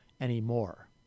anymore